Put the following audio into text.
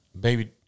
baby